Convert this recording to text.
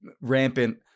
rampant